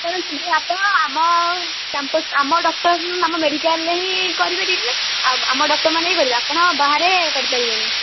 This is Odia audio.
ଆପଣ ଶୀଘ୍ର ଆପଣ ଆମ କ୍ୟାମ୍ପସ୍ ଆମ ଡ଼କ୍ଟର ହୁଁ ଆମ ମେଡ଼ିକାଲରେ ହିଁ କରିବେ ଟ୍ରିଟମେଣ୍ଟ ଆଉ ଆମ ଡ଼କ୍ଟରମାନେ ହିଁ କରିବେ ଆପଣ ବାହାରେ କରିପାରିବେନି